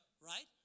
Right